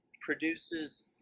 produces